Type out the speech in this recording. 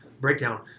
breakdown